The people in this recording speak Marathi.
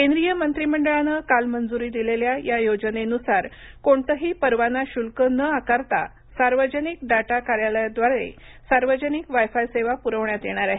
केंद्रीय मंत्री मंडळानं काल मंजुरी दिलेल्या या योजनेनुसार कोणतंही परवाना शुल्क न आकारता सार्वजनिक डाटा कार्यालयांद्वारे सार्वजनिक वाय फाय सेवा पुरवण्यात येणार आहे